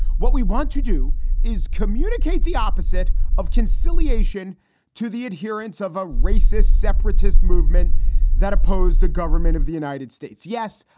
what we want to do is communicate the opposite of conciliation to the adherents of a racist separatist movement that oppose the government of the united states. yes,